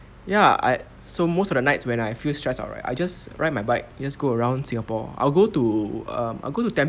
ya I so most of the nights when I feel stressed all right I just ride my bike just go around singapore I'll go to um I'll go to tam~